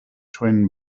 twin